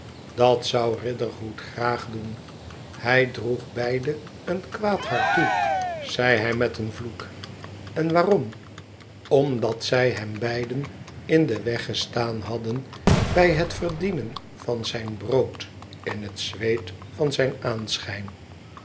dat zou riderhood gaarne doen hij droeg beiden een kwaad hart toe zei hij met een vloek len waarom omdat zij hem beiden in den weg gestaan hadden bij het verdienen van zijn brood in het zweet van zijn aanschijn